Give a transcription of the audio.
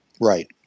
Right